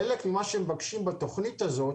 חלק ממה שמבקשים בתכנית הזאת